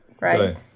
right